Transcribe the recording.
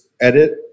edit